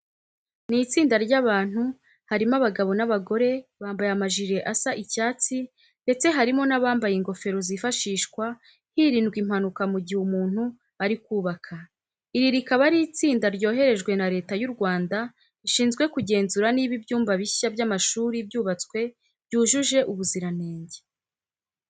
Ni itsinda ry'abantu harimo abagabo n'abagore, bambaye amajire asa icyatsi ndetse harimo n'abambaye ingofero zifashishwa hirindwa impanuka mu gihe umuntu ari kubaka. Iri rikaba ari itsinda ryoherejwe na Leta y'u Rwanda rishinzwe kugenzura niba ibyumba bishya by'amashuri byubatswe byujuje ubuziranenge.